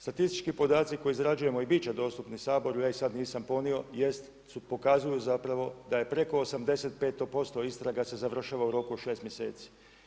Statistički podaci koje izrađujemo i biti će dostupni Saboru, ja ih sad nisam ponio, jest, pokazuju zapravo da je preko 85% istraga se završilo u roku od 6 mjeseci.